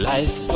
Life